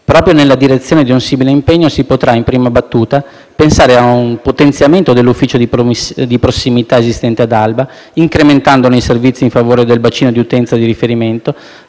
Proprio nella direzione di un simile impegno si potrà, in prima battuta, pensare ad un potenziamento dell'ufficio di prossimità esistente ad Alba, incrementandone i servizi in favore del bacino di utenza di riferimento,